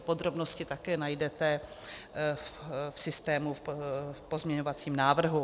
Podrobnosti také najdete v systému v pozměňovacím návrhu.